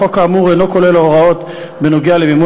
החוק האמור אינו כולל הוראות בנוגע למימון